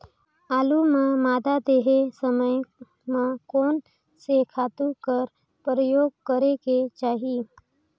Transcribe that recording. आलू ल मादा देहे समय म कोन से खातु कर प्रयोग करेके चाही?